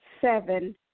seven